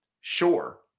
Sure